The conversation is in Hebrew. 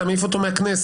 אתה מעיף אותו מהכנסת.